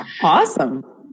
Awesome